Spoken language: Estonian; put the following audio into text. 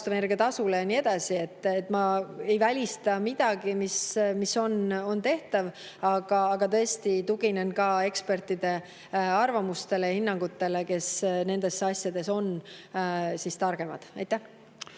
ja nii edasi. Ma ei välista midagi, mis on tehtav, aga tõesti tuginen ka ekspertide arvamustele ja hinnangutele, kes nendes asjades on targemad. Aitäh!